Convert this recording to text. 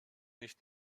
nicht